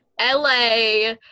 LA